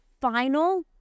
final